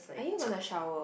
are you gonna shower